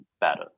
better